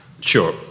Sure